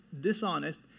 dishonest